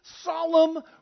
solemn